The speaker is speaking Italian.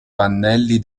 pannelli